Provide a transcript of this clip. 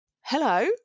hello